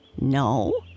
No